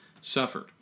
suffered